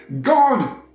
God